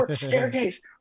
staircase